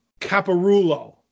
Caparulo